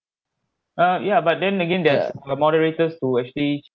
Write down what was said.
uh ya but then again there's a moderators to actually